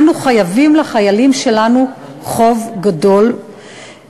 אנו חייבים לחיילים שלנו חוב גדול שאין לו שיעור,